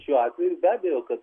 šiuo atveju be abejo kad